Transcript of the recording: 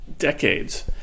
decades